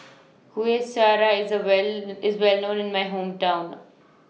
Kueh Syara IS A Well IS Well known in My Hometown